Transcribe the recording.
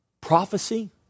prophecy